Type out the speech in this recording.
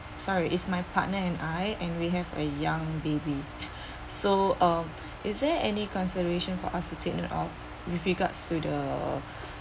sorry is my partner and I and we have a young baby so um is there any consideration for us to take note of with regards to the